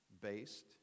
based